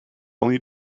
only